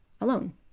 alone